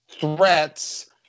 threats